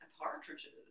partridges